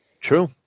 True